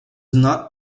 not